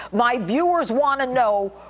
my viewers want to know,